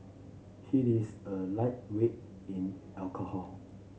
he is a lightweight in alcohol